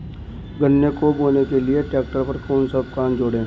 गन्ने को बोने के लिये ट्रैक्टर पर कौन सा उपकरण जोड़ें?